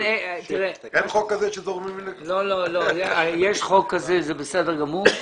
יש חוק כזה, זה בסדר גמור,